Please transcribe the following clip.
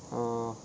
err